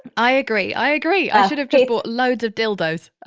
i agree. i agree. i should have just bought loads of dildos.